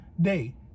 day